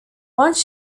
once